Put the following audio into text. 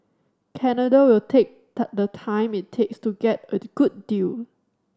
Canada will take the time it takes to get a good deal